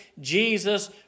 jesus